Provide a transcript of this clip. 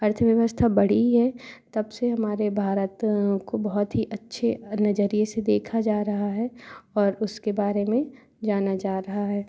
अर्थव्यवस्था बढ़ी है तब से हमारे भारत को बहुत ही अच्छे नज़रिए से देखा जा रहा है और उसके बारे में जाना जा रहा है